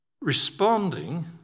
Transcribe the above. responding